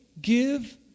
give